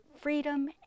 freedom